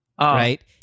right